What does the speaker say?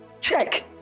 Check